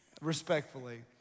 respectfully